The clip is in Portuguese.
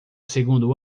segundo